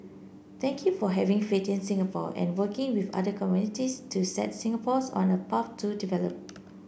thank you for having faith in Singapore and working with other communities to set Singapores on a path to develop